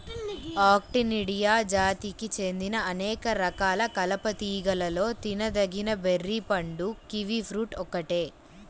Actinidia జాతికి చెందిన అనేక రకాల కలప తీగలలో తినదగిన బెర్రీ పండు కివి ఫ్రూట్ ఒక్కటే